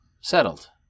settled